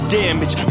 damage